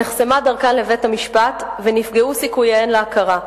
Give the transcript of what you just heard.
נחסמה דרכן לבית-המשפט ונפגעו סיכוייהן להכרה,